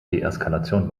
deeskalation